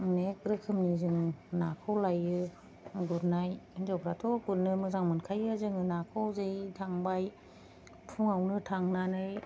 अनेक रोखोमनि जों नाखौ लायो गुरनाय हिन्जावफ्राथ' गुरनो मोजां मोनखायो नाखौ जै थांबाय फुङावनो थांनानै